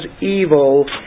evil